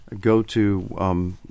go-to